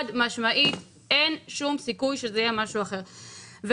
7 באוקטובר 2021,